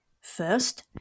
First